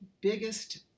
biggest